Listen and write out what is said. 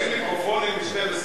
אין מיקרופונים בשתים-עשרה.